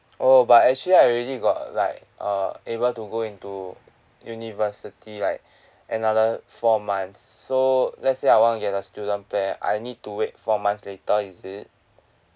oh but actually I already got like uh able to go into university like another four months so let's say I want to get a student plan I need to wait four months later is it